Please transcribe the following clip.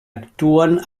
actuen